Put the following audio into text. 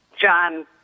John